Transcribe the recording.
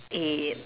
eh